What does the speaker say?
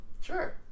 Sure